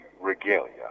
regalia